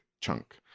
chunk